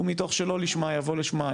הוא מתוך שלא לשמה יבוא לשמה,